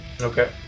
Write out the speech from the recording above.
Okay